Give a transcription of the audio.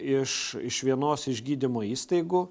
iš iš vienos iš gydymo įstaigų